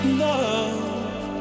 love